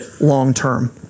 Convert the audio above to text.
long-term